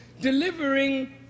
delivering